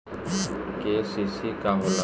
KCC का होला?